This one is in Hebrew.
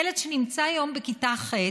ילד שנמצא היום בכיתה ח',